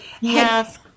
Yes